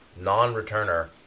non-returner